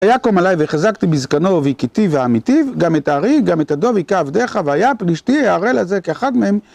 היה קום עלי וחזקתי בזקנו והיכיתיו והמיתיו גם את הארי, גם את הדוב היכה עבדיך והיה הפלישתי הערל הזה כאחד מהם